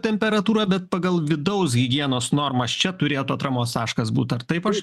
temperatūrą bet pagal vidaus higienos normas čia turėtų atramos taškas būt ar taip aš